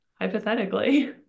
hypothetically